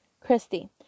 Christy